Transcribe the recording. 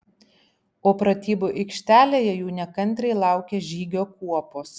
o pratybų aikštelėje jų nekantriai laukė žygio kuopos